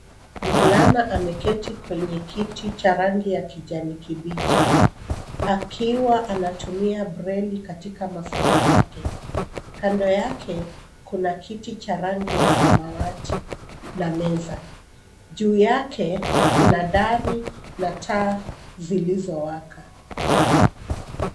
Mvulana ameketi kwenye kiti cha rangi ya kijani kibichi, akiwa anatumia breli katika masomo yake. Kando yake kuna kiti cha rangi ya samawati , na meza. Juu yake kuna dari na taa zilizowaka.